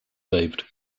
saved